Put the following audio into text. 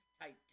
type